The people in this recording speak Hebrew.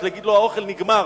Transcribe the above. להגיד לו: האוכל נגמר,